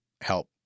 help